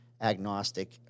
agnostic